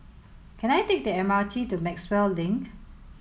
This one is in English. can I take the M R T to Maxwell Link